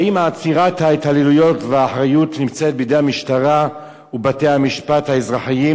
האם עצירת ההתעללויות והאחריות היא בידי המשטרה ובתי-המשפט האזרחיים?